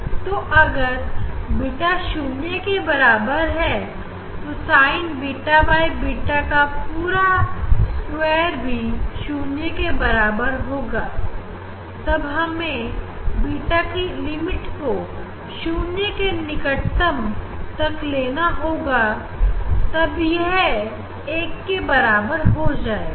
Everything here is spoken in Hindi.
तू अगर बीटा शून्य के बराबर है तो Sin beta by beta का पूरा स्क्वायर भी शून्य के बराबर होगा तब हमें बीटा की लिमिट को 0 के निकटतम तक लेना होगा तब यह एक के बराबर होगा